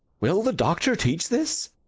will the doctor teach this?